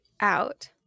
out